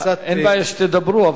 אין בעיה שתדברו,